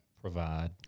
Provide